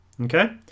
Okay